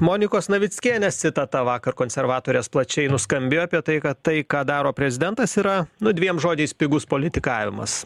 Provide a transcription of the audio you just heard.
monikos navickienės citata vakar konservatorės plačiai nuskambėjo apie tai kad tai ką daro prezidentas yra nu dviem žodžiais pigus politikavimas